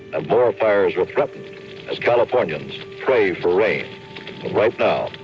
ah more fires are threatened as californians pray for rain. but right now,